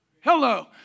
Hello